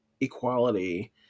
equality